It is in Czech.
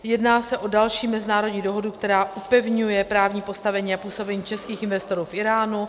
Jedná se o další mezinárodní dohodu, která upevňuje právní postavení a působení českých investorů v Íránu.